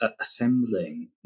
assembling